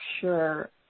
sure